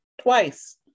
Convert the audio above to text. Twice